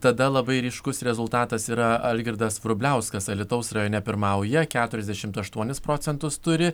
tada labai ryškus rezultatas yra algirdas vrubliauskas alytaus rajone pirmauja keturiasdešimt aštuonis procentus turi